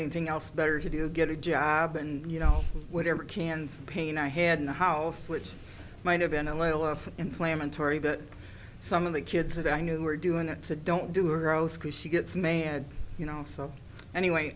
anything else better to do get a job and you know whatever cans pain i had in the house which might have been a little of inflammatory that some of the kids that i knew were doing it's a don't do or oh screw she gets mehad you know so anyway